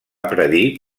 predir